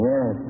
Yes